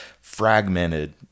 fragmented